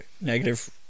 negative